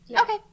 Okay